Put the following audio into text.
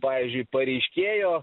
pavyzdžiui pareiškėjo